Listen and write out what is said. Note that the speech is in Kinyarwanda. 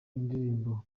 indirimbo